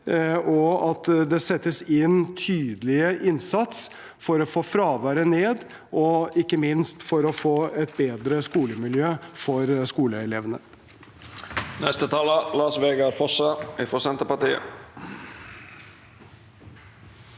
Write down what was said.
at det settes inn tydelig innsats for å få fraværet ned og ikke minst for å få et bedre skolemiljø for skoleelevene.